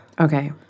Okay